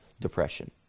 depression